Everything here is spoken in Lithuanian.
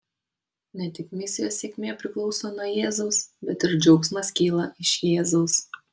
ne tik misijos sėkmė priklauso nuo jėzaus bet ir džiaugsmas kyla iš jėzaus